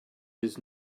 his